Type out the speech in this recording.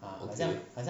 okay